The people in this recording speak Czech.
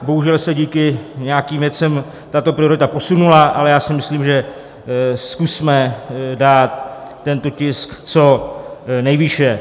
Bohužel se díky nějakým věcem tato priorita posunula, ale já si myslím, že zkusme dát tento tisk co nejvýše.